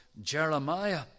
Jeremiah